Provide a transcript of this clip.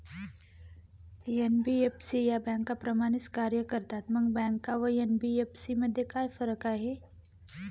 NBFC या बँकांप्रमाणेच कार्य करतात, मग बँका व एन.बी.एफ.सी मध्ये काय फरक आहे?